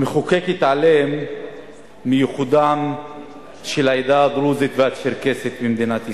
המחוקק התעלם מייחודן של העדה הדרוזית והעדה הצ'רקסית במדינת ישראל,